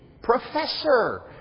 Professor